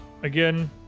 Again